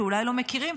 שאולי לא מכירים,